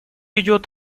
идет